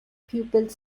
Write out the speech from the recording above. pupils